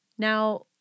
Now